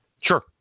Sure